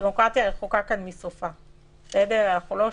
הדמוקרטיה רחוקה כאן מסופה, אנחנו לא שם.